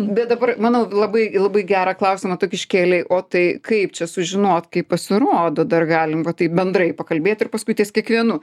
bet dabar manau labai labai gerą klausimą tu iškėlei o tai kaip čia sužinot kaip pasirodo dar galim va taip bendrai pakalbėt ir paskui ties kiekvienu